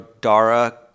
Dara